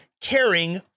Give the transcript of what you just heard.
caring